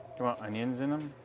onions in them?